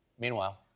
Meanwhile